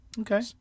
Okay